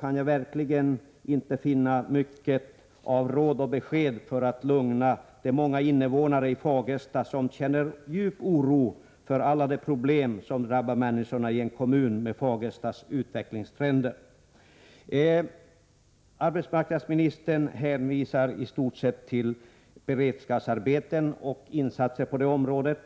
kan jag verkligen inte finna mycket av råd och besked för att lugna de många invånare i Fagersta som känner djup oro för alla de problem som drabbar människorna i en kommun med Fagerstas utvecklingstrend. Arbetsmarknadsministern hänvisar i stort sett till beredskapsarbeten och insatser på det området.